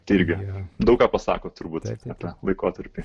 tai irgi daug ką pasako turbūt apie tą laikotarpį